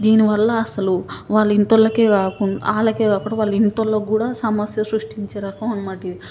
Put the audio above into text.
దీనివల్ల అసలు వాళ్ళింటోళ్ళకే కాకుం వాళ్ళకే కాకుండా వాళ్ళింటి వాళ్ళకి కూడా సమస్య సృష్టించే రకం అన్నమాట ఇది